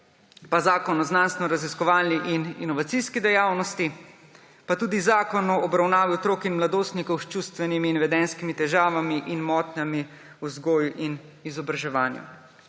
pa Zakon o znanstvenoraziskovalni in inovacijski dejavnosti, tudi Zakon o obravnavi otrok in mladostnikov s čustvenimi in vedenjskimi težavami in motnjami v vzgoji in izobraževanju.